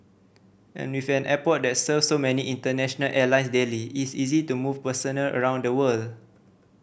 and with an airport that serves so many international airlines daily it is easy to move personnel around the world